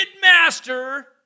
master